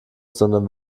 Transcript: sondern